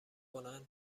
کنن